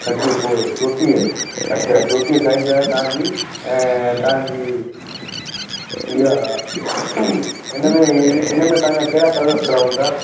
thirty four चोटीह अच्छा चोटीह साइज़ आहे तव्हांजी ऐं तव्हांजी इहा इनमें इनमें तव्हांजा कहिड़ा कलर्स रहंदा